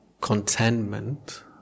contentment